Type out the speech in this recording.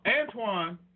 Antoine